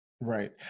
Right